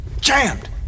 jammed